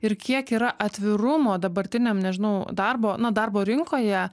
ir kiek yra atvirumo dabartiniem nežinau darbo na darbo rinkoje